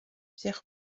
pierre